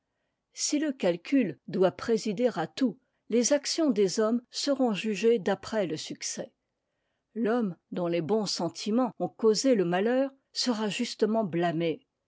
si le calcul doit présider à tout les actions des hommes seront jugées d'après le succès l'homme dont les bons sentiments ont causé le malheur sera justement blâmé